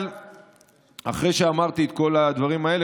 אבל אחרי שאמרתי את כל הדברים האלה,